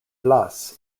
blas